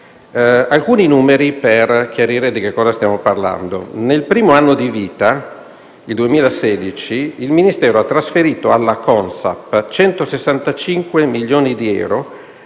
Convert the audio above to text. alcuni numeri per chiarire di cosa stiamo parlando. Nel primo anno di vita, il 2016, il Ministero ha trasferito alla Consap 165 milioni di euro